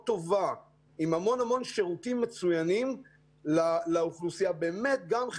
אני אתחבר למה שח"כ שלח אמר, זה באמת דו"ח